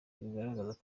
bigaragaza